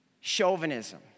chauvinism